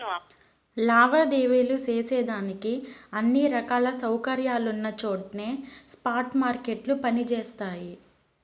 లావాదేవీలు సేసేదానికి అన్ని రకాల సౌకర్యాలున్నచోట్నే స్పాట్ మార్కెట్లు పని జేస్తయి